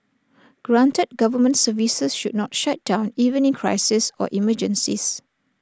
granted government services should not shut down even in crises or emergencies